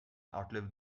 outlive